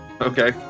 Okay